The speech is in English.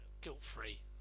Guilt-free